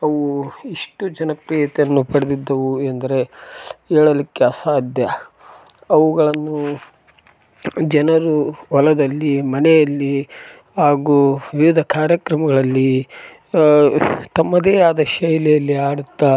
ಅವು ಎಷ್ಟು ಜನಪ್ರಿಯತೆಯನ್ನು ಪಡೆದಿದ್ದವು ಎಂದರೆ ಹೇಳಲಿಕ್ಕೆ ಅಸಾಧ್ಯ ಅವುಗಳನ್ನು ಜನರು ಹೊಲದಲ್ಲಿ ಮನೆಯಲ್ಲಿ ಹಾಗು ವಿವಿಧ ಕಾರ್ಯಕ್ರಮಗಳಲ್ಲಿ ತಮ್ಮದೆ ಆದ ಶೈಲಿಯಲ್ಲಿ ಹಾಡುತ್ತ